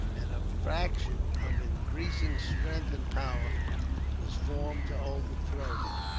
and a faction of increasing strength and power was formed to overthrow him.